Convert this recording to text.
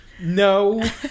No